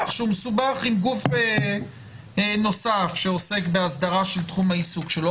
גוף נוסף שעוסק בהסדרה של תחום העיסוק שלו,